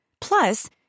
Plus